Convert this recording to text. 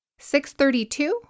632